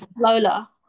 Lola